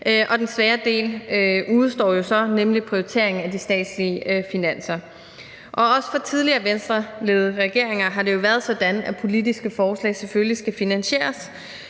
og den svære del udestår så, nemlig prioriteringen af de statslige finanser. Også for tidligere Venstreledede regeringer har det jo været sådan, at politiske forslag selvfølgelig skal finansieres,